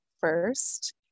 first